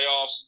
playoffs